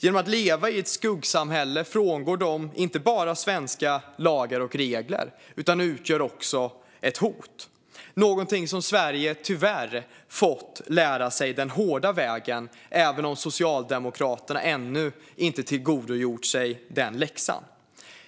Genom att leva i ett skuggsamhälle frångår de inte bara svenska lagar och regler, utan de utgör också ett hot. Det är någonting som Sverige tyvärr har fått lära sig den hårda vägen, även om Socialdemokraterna ännu inte har lärt sig den läxan.